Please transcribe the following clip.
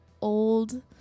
old